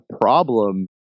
problem